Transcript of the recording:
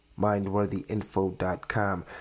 MindworthyInfo.com